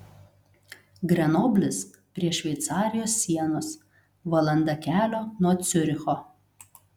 grenoblis prie šveicarijos sienos valanda kelio nuo ciuricho